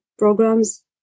programs